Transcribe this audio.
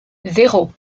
zéro